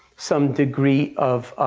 some degree of